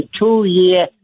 two-year